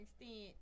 extent